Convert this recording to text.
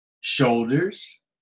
shoulders